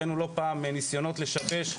ראינו לא פעם ניסיונות לשבש,